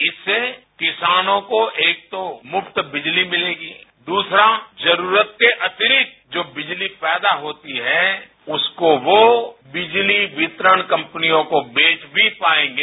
इससे किसानों को एक तो मुफ्त बिजली मिलेगी दूसरा जरूरत के अतिरिक्त जो बिजली पैदा होती है उसको वो बिजली वितरण कंपनियों को बेच भी पाएंगे